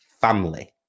family